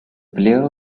player